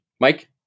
Mike